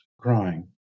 crying